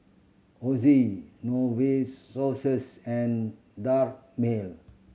Oxy Novosource and